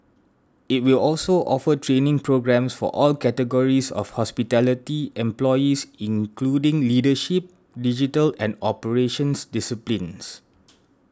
it will also offer training programmes for all categories of hospitality employees including leadership digital and operations disciplines